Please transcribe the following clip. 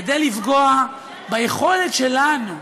כדי לפגוע ביכולת שלנו,